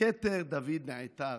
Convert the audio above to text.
בכתר דוד נעטר.